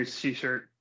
t-shirt